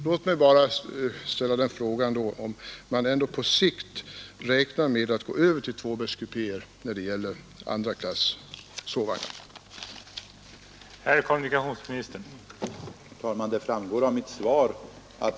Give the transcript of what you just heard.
Låt mig då ställa frågan, huruvida statens järnvägar på sikt räknar med att gå över till tvåbäddskupéer när det gäller andra klass sovvagnar?